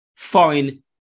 foreign